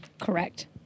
Correct